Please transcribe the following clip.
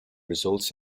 results